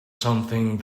something